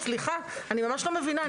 אני ממש לא מבינה.